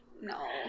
No